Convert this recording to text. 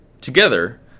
Together